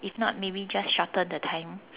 if not maybe just shorten the time